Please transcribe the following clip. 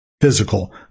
physical